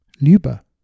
Luba